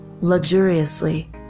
luxuriously